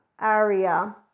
area